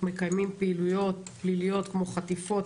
מקיימים פעילויות פליליות כמו: חטיפות,